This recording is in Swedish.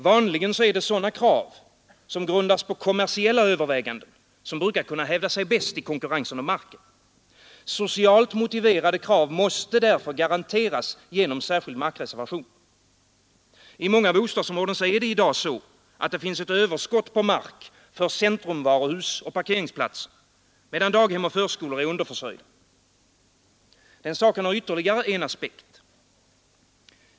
Vanligen är det sådana krav som grundas på kommersiella överväganden som brukar kunna hävda sig bäst i konkurrensen om marken. Socialt motiverade krav måste därför garanteras genom särskild markreservation. I många bostadsområden är det i dag så att det finns överskott på mark för centrumvaruhus och parkeringsplatser, medan daghem och förskolor är underförsörjda. Men frågan har ytterligare en aspekt.